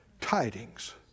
tidings